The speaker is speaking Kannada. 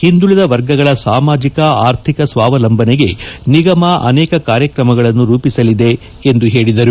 ಹಿಂದುಳದ ವರ್ಗಗಳ ಸಾಮಾಜಕ ಅರ್ಥಿಕ ಸ್ವಾವಲಂಬನೆಗೆ ನಿಗಮ ಅನೇಕ ಕಾರ್ಯಕ್ರಮಗಳನ್ನು ರೂಪಿಸಲಿದೆ ಎಂದು ಹೇಳಿದರು